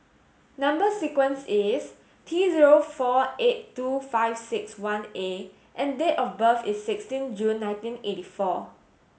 number sequence is T zero four eight two five six one A and date of birth is sixteen June nineteen eighty four